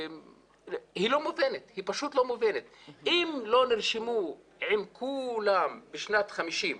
אם לא נרשמו עם כולם בשנת 50'